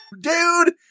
Dude